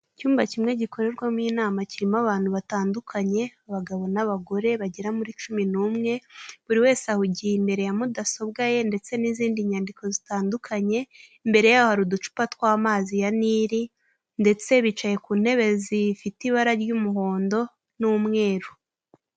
Icyumba kimwe gikorerwamo inama kirimo abantu batandukanye, abagabo n'abagore bagera muri cumi n'umwe, buri wese ahugiye imbere ya mudasobwa ye, ndetse n'izindi nyandiko zitandukanye, mbere ye hari uducupa tw'amazi ya Nili ndetse bicaye ku ntebe zifite ibara ry'umuhondo n'umweru